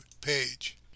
page